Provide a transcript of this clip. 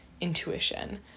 intuition